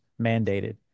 mandated